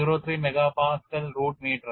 03 MPa root മീറ്ററാണ്